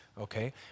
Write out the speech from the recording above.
okay